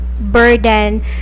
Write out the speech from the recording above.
burden